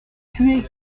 tuer